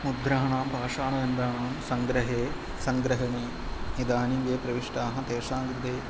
मुद्राणां पाषाणेखण्डानां सङ्ग्रहे सङ्ग्रहणे इदानीं ये प्रविष्टाः तेषां कृते